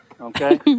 okay